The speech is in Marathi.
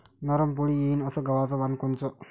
नरम पोळी येईन अस गवाचं वान कोनचं?